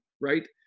right